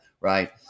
right